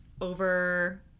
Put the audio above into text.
over